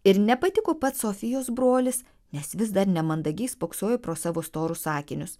ir nepatiko pats sofijos brolis nes vis dar nemandagiai spoksojo pro savo storus akinius